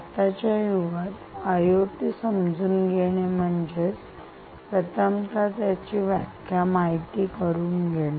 आत्ताच्या युगात आयओटी समजून घेणे म्हणजे म्हणजे प्रथमता त्याची व्याख्या माहिती करून घेणे